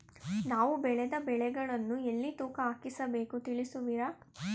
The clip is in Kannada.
ನಾವು ಬೆಳೆದ ಬೆಳೆಗಳನ್ನು ಎಲ್ಲಿ ತೂಕ ಹಾಕಿಸಬೇಕು ತಿಳಿಸುವಿರಾ?